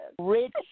Rich